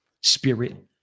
spirit